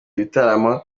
ibitaramo